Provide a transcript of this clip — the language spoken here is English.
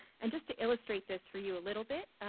and just to illustrate this for you a little bit,